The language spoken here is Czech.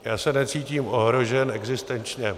Já se necítím ohrožen existenčně.